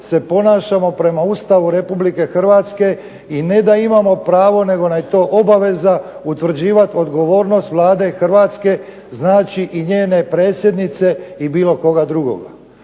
se ponašamo prema Ustavu Republike Hrvatske i ne da imamo pravo nego nam je to obaveza utvrđivati odgovornost hrvatske Vlade, znači i njene predsjednice i bilo koga drugoga.